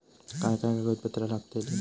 काय काय कागदपत्रा लागतील?